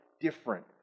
different